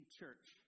church